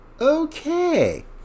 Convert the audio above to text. okay